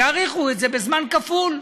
תאריכו את זה בזמן כפול.